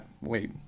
wait